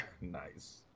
Nice